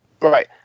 Right